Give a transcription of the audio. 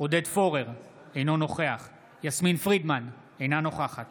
עודד פורר, אינו נוכח יסמין פרידמן, אינה נוכחת